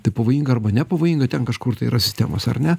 tai pavojinga arba nepavojinga ten kažkur tai yra sistemos ar ne